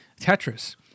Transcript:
Tetris